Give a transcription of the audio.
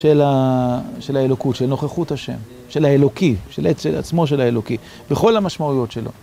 של האלוקות, של נוכחות השם, של האלוקי, של עצמו של האלוקי וכל המשמעויות שלו.